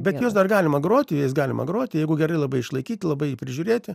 bet juos dar galima groti jais galima groti jeigu gerai labai išlaikyti labai prižiūrėti